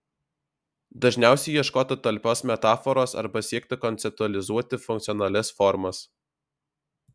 dažniausiai ieškota talpios metaforos arba siekta konceptualizuoti funkcionalias formas